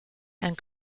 and